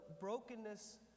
brokenness